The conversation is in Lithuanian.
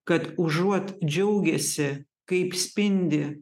kad užuot džiaugęsi kaip spindi